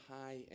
high